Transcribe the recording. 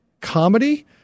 comedy